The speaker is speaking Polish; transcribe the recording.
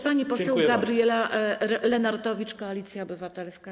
Pani poseł Gabriela Lenartowicz, Koalicja Obywatelska.